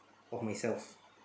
of myself